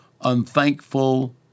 unthankful